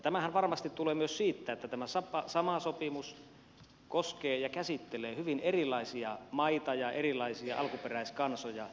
tämähän varmasti tulee myös siitä että tämä sama sopimus koskee ja käsittelee hyvin erilaisia maita ja erilaisia alkuperäiskansoja